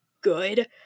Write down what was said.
good